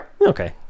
okay